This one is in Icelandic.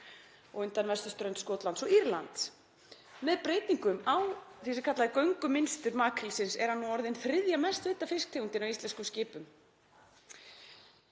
og undan vesturströnd Skotlands og Írlands. Með breytingum á því sem kallað er göngumynstur makrílsins er hann orðinn þriðja mest veidda fisktegundin á íslenskum skipum.